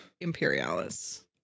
Imperialis